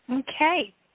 Okay